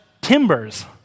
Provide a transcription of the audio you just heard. timbers